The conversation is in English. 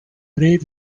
pray